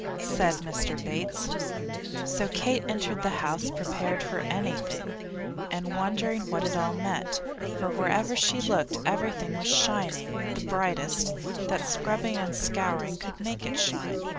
said mr. bates so kate entered the house prepared for anything and wondering what it all meant for wherever she looked everything was shining the brightest that scrubbing and scouring could make it shine,